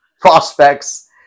prospects